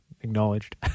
acknowledged